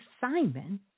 Simon